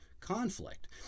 conflict